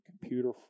computer